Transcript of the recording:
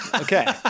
Okay